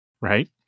Right